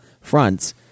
fronts